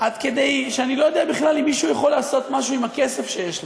עד כדי שאני לא יודע בכלל אם מישהו יכול לעשות משהו עם הכסף שיש להם.